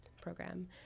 program